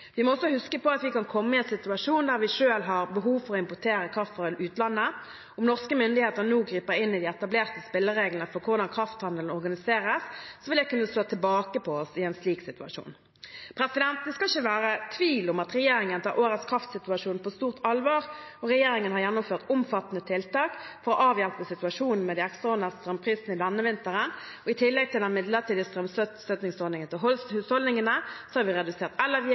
Vi må også huske på at vi kan komme i en situasjon der vi selv har behov for å importere kraft fra utlandet. Om norske myndigheter nå griper inn i de etablerte spillereglene for hvordan krafthandelen organiseres, vil det kunne slå tilbake på oss i en slik situasjon. Det skal ikke være tvil om at regjeringen tar årets kraftsituasjon på stort alvor, og regjeringen har gjennomført omfattende tiltak for å avhjelpe situasjonen med de ekstraordinære strømprisene denne vinteren. I tillegg til den midlertidige strømstøtten til husholdningene har vi redusert